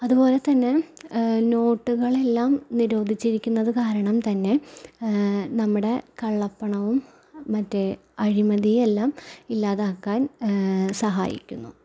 അതുപോലെതന്നെ നോട്ടുകളെല്ലാം നിരോധിച്ചിരിക്കുന്നത് കാരണം തന്നെ നമ്മുടെ കള്ളപ്പണവും മറ്റെ അഴിമതിയെല്ലാം ഇല്ലാതാക്കാൻ സഹായിക്കുന്നു